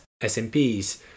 SMPs